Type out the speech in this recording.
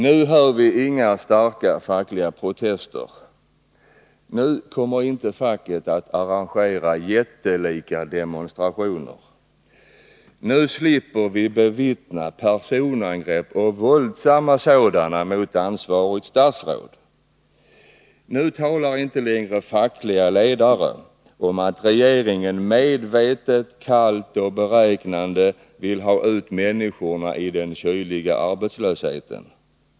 Nu hör vi inga starka fackliga protester. Nu kommer inte facket att arrangera jättelika demonstrationer. Nu slipper vi bevittna personangrepp, och våldsamma sådana, mot ansvarigt statsråd. Nu talar inte längre fackliga ledare om att regeringen medvetet, kallt och beräknande vill ha ut människorna i den kyliga arbetslösheten.